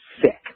sick